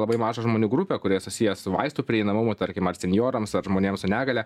labai mažą žmonių grupę kurie susiję su vaistų prieinamumu tarkim ar senjorams ar žmonėm su negalia